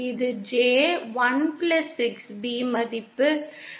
6 B மதிப்பு மற்றும் இது மைனஸ் J 1